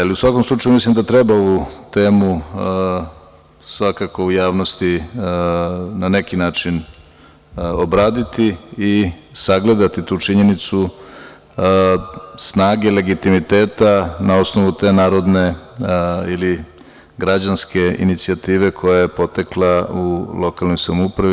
Ali u svakom slučaju, mislim da treba ovu temu svakako u javnosti, na neki način obraditi i sagledati tu činjenicu, snage legitimiteta na osnovu te narodne, ili građanske inicijative koja je potekla u lokalnoj samoupravi.